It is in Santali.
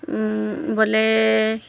ᱵᱚᱞᱮ